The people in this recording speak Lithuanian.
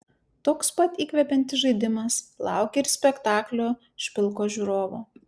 toks pats įkvepiantis žaidimas laukia ir spektaklio špilkos žiūrovo